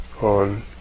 on